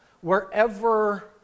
wherever